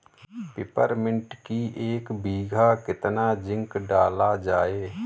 Peppermint की एक बीघा कितना जिंक डाला जाए?